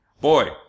Boy